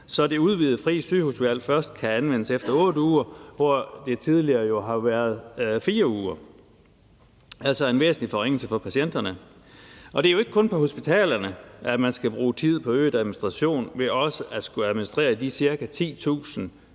så det udvidede frie sygehusvalg først kan anvendes efter 8 uger, hvor det jo tidligere var efter 4 uger, altså en væsentlig forringelse for patienterne. Og det er jo ikke kun på hospitalerne, at man skal bruge tid på øget administration ved også at skulle administrere de ca. 10.000